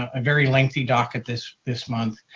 a very lengthy docket this this month.